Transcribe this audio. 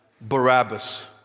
Barabbas